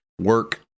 work